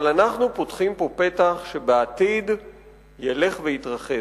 אבל אנחנו פותחים כאן פתח שבעתיד ילך ויתרחב.